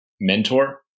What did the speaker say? mentor